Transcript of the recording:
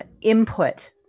input